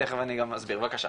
תיכף אני גם אסביר, בבקשה.